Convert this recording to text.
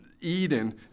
Eden